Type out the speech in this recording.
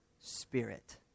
Spirit